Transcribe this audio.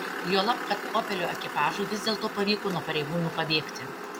juolab kad opelio ekipažui vis dėlto pavyko nuo pareigūnų pabėgti